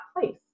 place